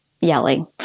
yelling